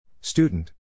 Student